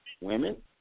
women